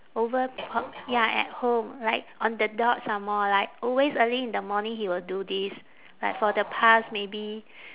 over p~ ya at home like on the dot some more like always early in the morning he will do this like for the past maybe